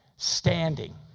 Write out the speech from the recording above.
Standing